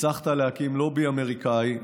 הצלחת להקים לובי אמריקני,